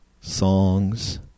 songs